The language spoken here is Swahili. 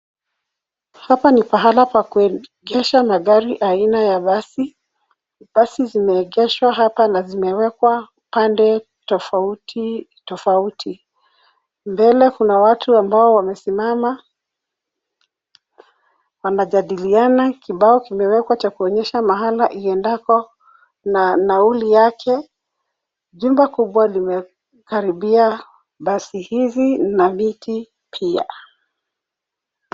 Hapa ni pahala pa kuegesha magari aina ya basi. Basi zimeegeshwa hapa na zimewekwa pande tofauti tofauti. Mbele kuna watu ambao wamesimama wanajadiliana. Kibao kimeekwa cha kuonyesha mahala iendako na nauli yake. Jumba kubwa limekaribia basi hizi na miti pia.